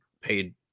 paid